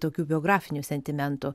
tokių biografinių sentimentų